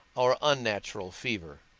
our unnatural fever.